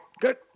good